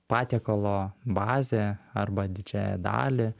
patiekalo bazę arba didžiąją dalį